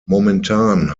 momentan